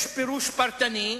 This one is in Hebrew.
יש פירוש פרטני,